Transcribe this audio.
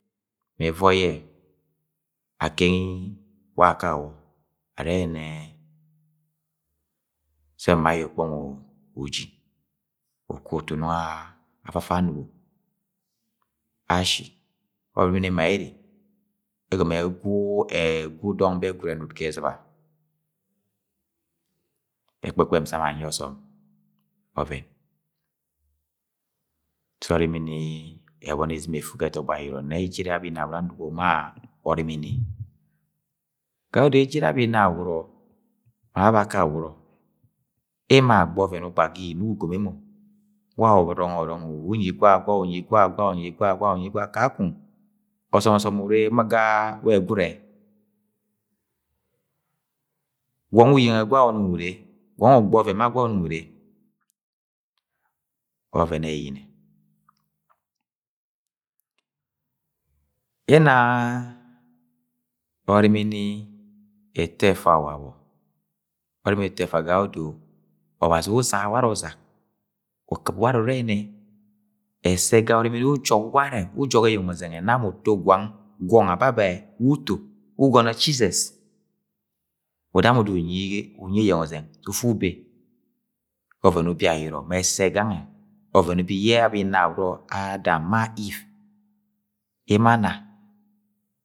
. Mẹ ẹvọi yẹ akengi wa akawọ are nẹ sẹ ma ayẹ wkpong uji ukwu utu nọngọ afafa anugọ, ashi orimini ẹma eere ẹgọmọ ẹgwu, egwu dọng be gwild ẹnud ga ezɨba ekpekpem dasam anyi osom ọvẹn sẹ orimini ẹboni izɨm efu ga ẹtọgbọ ayọrọ nẹ ejere abẹ inabọrọ ma abẹ a kabọrọ emo ara agba ọuen ugba ga inuk ugom emo gwa urọngọ ọrọng uwu unyi gwa, kakong ọsọm ọsọm urre ga we ẹgwtde, gwong wu uywnge gwa unumg urre, gwong wu ogba oven eyiyinẹ. Yena orimini eto eta Nabo? orimini eto efs gayẹodo Ọbazi wẹ uzaga warẹ uzak ukɨp ware ure nẹ ẹssẹ ga ọrimini yẹ ujọk wave, ujọk eyeng ọzeng ẹnamọ uto gwang gwong ababẹ wu uto wu ugọnọ Jizes udamọ uda unyi eyeng ozeng sẹ gangẹ Ọvẹn ubi yẹ abẹ inawọrọ Adam ma Eve ye emo ana.